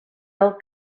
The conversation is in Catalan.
del